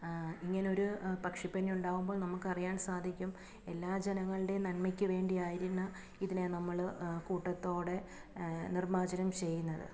ഇങ്ങനെയൊരു പക്ഷിപ്പനി ഉണ്ടാവുമ്പോൾ നമുക്കറിയാൻ സാധിക്കും എല്ലാ ജനങ്ങളുടെയും നന്മയ്ക്ക് വേണ്ടിയാണ് ഇതിനെ നമ്മൾ കൂട്ടത്തോടെ നിർമ്മാർജനം ചെയ്യുന്നത്